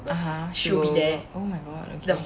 (uh huh) she will oh my god okay